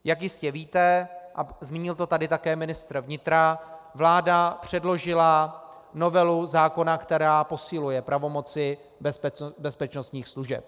Jak jistě víte, a zmínil to tady také ministr vnitra, vláda předložila novelu zákona, která posiluje pravomoci bezpečnostních služeb.